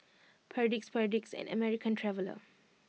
Perdix Perdix and American Traveller